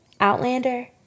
Outlander